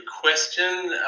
question